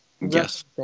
Yes